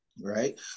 right